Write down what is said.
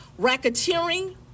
racketeering